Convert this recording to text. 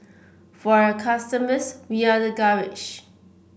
for our customers we are the garage